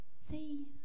See